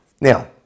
Now